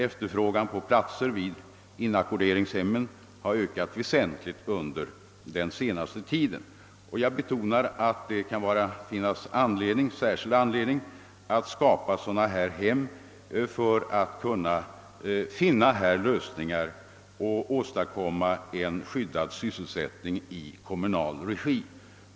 Efterfrågan på platser vid inackorderingshemmen har ökat väsentligt under den senaste tiden. Jag betonar att det kan finnas särskild anledning att skapa sådana hem för att finna lösningar och för att skapa skyddade sysselsättningar i kommunal regi.